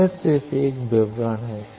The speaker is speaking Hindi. यह विवरण है